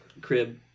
crib